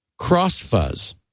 CrossFuzz